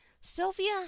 Sylvia